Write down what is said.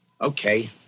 Okay